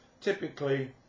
typically